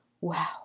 Wow